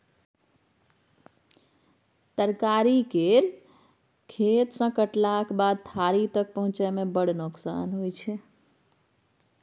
तरकारी केर खेत सँ कटलाक बाद थारी तक पहुँचै मे बड़ नोकसान होइ छै